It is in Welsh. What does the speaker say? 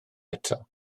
eto